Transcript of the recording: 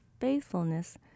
faithfulness